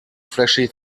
flashy